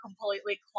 completely